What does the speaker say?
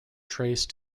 traced